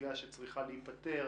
סוגיה שצריכה להיתפר,